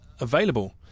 available